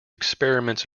experiments